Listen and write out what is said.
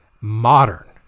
modern